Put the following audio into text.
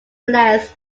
less